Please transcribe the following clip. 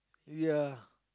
ya